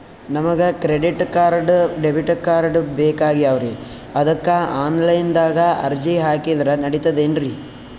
ನಮಗ credit card, debit card ಬೇಕಾಗ್ಯಾವ್ರೀ ಅದಕ್ಕ ಆನಲೈನದಾಗ ಅರ್ಜಿ ಹಾಕಿದ್ರ ನಡಿತದೇನ್ರಿ?